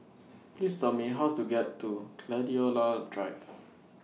Please Tell Me How to get to Gladiola Drive